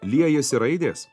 liejasi raidės